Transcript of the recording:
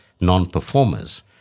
non-performers